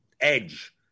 edge